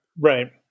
right